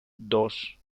dos